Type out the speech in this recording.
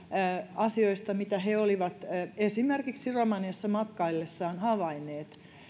asioista joita he olivat esimerkiksi romaniassa matkaillessaan havainneet